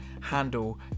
handle